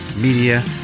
Media